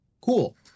Cool